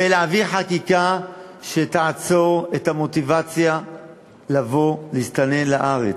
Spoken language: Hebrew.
ולהעביר חקיקה שתעצור את המוטיבציה לבוא להסתנן לארץ.